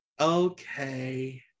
okay